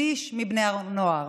שליש מבני הנוער.